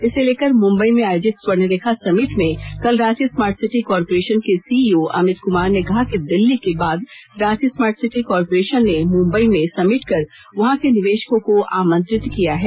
इसे लेकर मुंबई में आयोजित स्वर्णरेखा समिट में कल रांची स्मार्ट सिटी कारपोरेशन के सीईओ अमित कुमार ने कहा कि दिल्ली के बाद रांची स्मार्ट सिटी कारपोरेशन ने मुंबई में समिट कर वहां के निवेशकों को आमंत्रित किया है